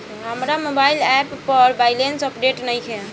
हमार mobile app पर balance update नइखे